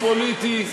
פוליטי.